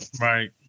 Right